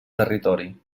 territori